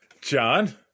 John